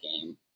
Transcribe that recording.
game